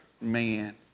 man